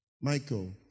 Michael